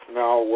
now